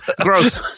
Gross